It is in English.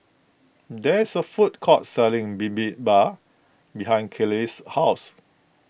there is a food court selling Bibimbap behind Kiley's house